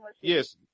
Yes